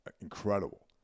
incredible